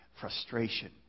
frustration